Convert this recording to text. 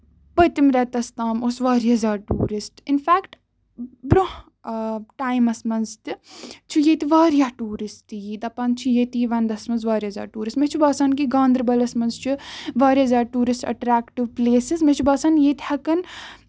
پٔتِم رٮ۪تس تام ٲسۍ واریاہ زیادٕ ٹیورِسٹ اِنفیکٹہٕ برونٛہہ ٹایمَس منٛز تہِ چھِ ییٚتہِ واریاہ ٹیورِسٹ یہِ دَپان چھِ ییٚتہِ یی وَندَس منٛز واریاہ زیادٕ ٹیورِسٹ مےٚ چھُ باسان کہِ گاندربَلس منٛز چھِ واریاہ زیادٕ ٹیورِسٹ ایٚٹریکٹِو پٕلیسِز مےٚ چھُ باسان ییٚتہِ ہیٚکَن